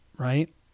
Right